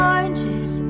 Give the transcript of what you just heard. Oranges